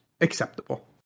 acceptable